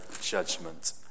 judgment